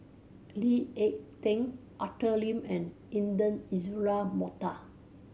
Lee Ek Tieng Arthur Lim and Intan Azura Mokhtar